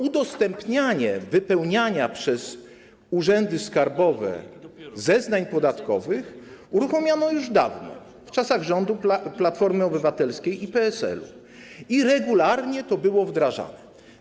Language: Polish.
Udostępnianie wypełnionych przez urzędy skarbowe zeznań podatkowych uruchomiono już dawno, w czasach rządów Platformy Obywatelskiej i PSL-u, i regularnie to było wdrażane.